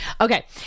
Okay